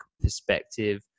perspective